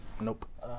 Nope